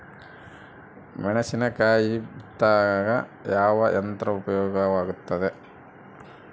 ಮೆಣಸಿನಕಾಯಿ ಬಿತ್ತಾಕ ಯಾವ ಯಂತ್ರ ಉಪಯೋಗವಾಗುತ್ತೆ?